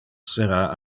sera